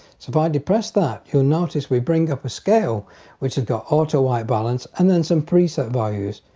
so if i depress that you'll notice we bring up a scale which have got auto white balance and then some preset values.